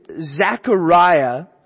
Zechariah